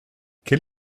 quel